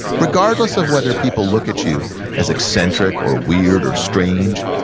regardless of whether people look at you as eccentric, or weird, or strange,